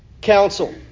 counsel